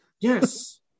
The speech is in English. yes